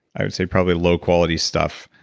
i would say, probably low-quality stuff.